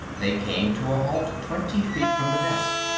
they came to a halt twenty feet from the desk.